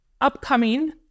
upcoming